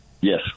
Yes